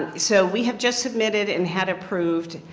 so we have just submitted and had approved,